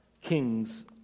kings